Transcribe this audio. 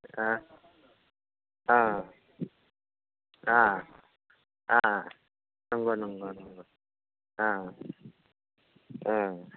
नंगौ नंगौ